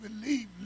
believe